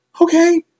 okay